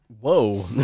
Whoa